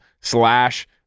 slash